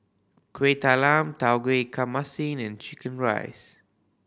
Kueh Talam Tauge Ikan Masin and chicken rice